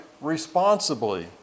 responsibly